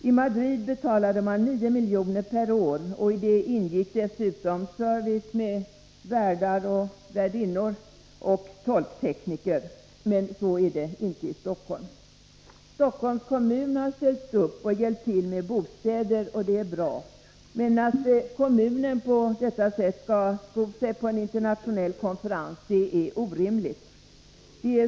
I Madrid betalade man 9 miljoner per år, och i den summan ingick service med värdar, värdinnor och tolktekniker, vilket inte är fallet i Stockholm. Stockholms kommun har ställt upp och hjälpt till med bostäder, och det är bra. Men att kommunen på detta sätt skall sko sig på en internationell konferens är orimligt.